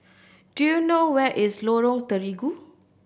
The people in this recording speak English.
do you know where is Lorong Terigu